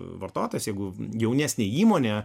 vartotas jeigu jaunesnė įmonė